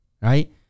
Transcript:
right